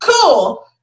cool